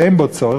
שאין בו צורך,